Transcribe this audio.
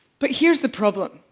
but here's the problem,